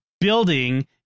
building